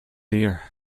dear